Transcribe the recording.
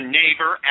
neighbor